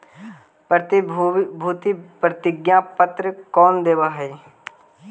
प्रतिभूति प्रतिज्ञा पत्र कौन देवअ हई